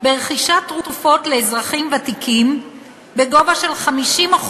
ברכישת תרופות לאזרחים ותיקים בגובה של 50%,